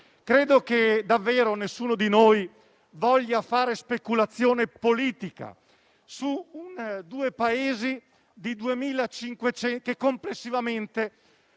Credo davvero che nessuno di noi voglia fare speculazione politica su due paesi che complessivamente